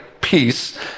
peace